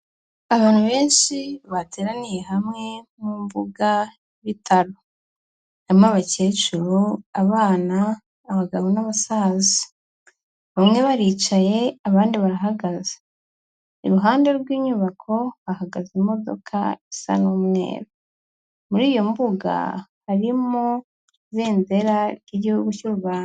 Abantu benshi bateraniye hamwe, mu mbuga y'ibitaro, harimo abakecuru, abana, abagabo, n'abasaza, bamwe baricaye, abandi barahagaze, iruhande rw'inyubako hahagaze imodoka isa n'umweru, muri iyo mbuga harimo ibendera ry'igihugu cy'u Rwanda.